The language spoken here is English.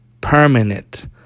Permanent